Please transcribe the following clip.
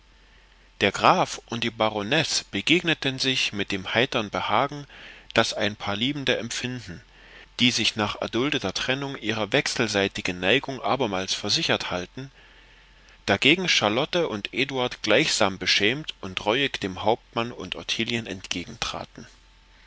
der graf und die baronesse begegneten sich mit dem heitern behagen das ein paar liebende empfinden die sich nach erduldeter trennung ihrer wechselseitigen neigung abermals versichert halten dagegen charlotte und eduard gleichsam beschämt und reuig dem hauptmann und ottilien